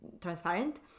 transparent